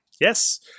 Yes